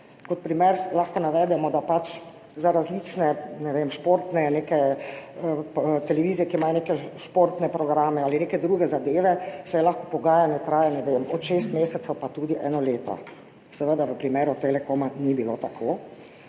Kot primer lahko navedemo, da pač za različne, ne vem, televizije, ki imajo neke športne programe ali neke druge zadeve, lahko pogajanja trajajo, ne vem, od šest mesecev pa tudi do enega leta. Seveda v primeru Telekoma ni bilo tako.